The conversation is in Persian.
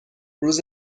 روز